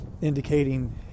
indicating